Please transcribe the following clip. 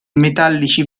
metallici